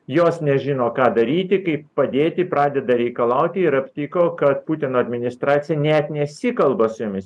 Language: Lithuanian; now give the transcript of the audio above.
jos nežino ką daryti kaip padėti pradeda reikalauti ir aptiko kad putino administracija net nesikalba su jomis